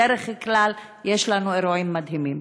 בדרך כלל יש לנו אירועים מדהימים.